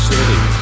City